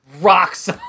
rocks